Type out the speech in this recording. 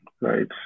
Right